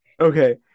okay